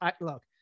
look